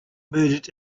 murdered